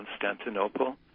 Constantinople